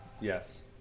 Yes